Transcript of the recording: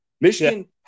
Michigan